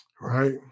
Right